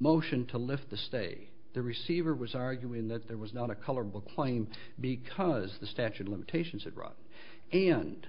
motion to lift the stay the receiver was arguing that there was not a color book claim because the statute of limitations had run and